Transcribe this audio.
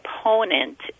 opponent